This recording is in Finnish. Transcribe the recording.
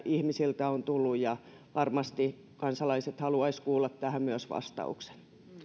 ihmisiltä on tullut ja varmasti kansalaiset haluaisivat kuulla näihin myös vastaukset